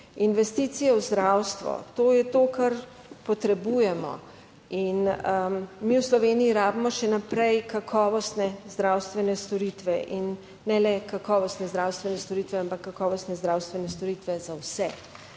Investicije v zdravstvo, to je to, kar potrebujemo. In mi v Sloveniji rabimo še naprej kakovostne zdravstvene storitve in ne le kakovostne zdravstvene storitve, ampak kakovostne zdravstvene storitve za vse,